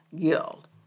Guild